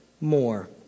More